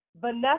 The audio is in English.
Vanessa